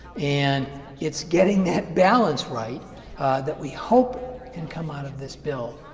and it's getting that balance right that we hope can come out of this bill.